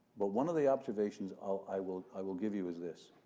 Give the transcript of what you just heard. but one of the observations i will i will give you is this